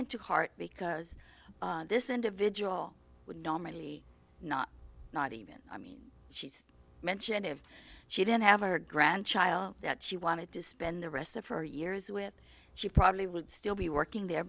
into heart because this individual would normally not not even i mean she's mentioned if she didn't have her grandchild that she wanted to spend the rest of her years with she probably would still be working there